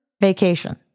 vacation